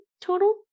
total